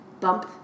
Bump